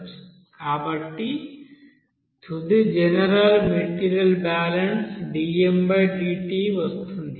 కాబట్టి తుది general material balance dmdt గా వస్తుంది